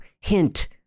Hint